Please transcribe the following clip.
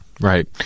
right